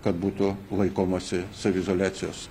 kad būtų laikomasi saviizoliacijos